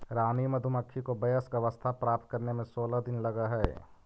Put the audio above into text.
रानी मधुमक्खी को वयस्क अवस्था प्राप्त करने में सोलह दिन लगह हई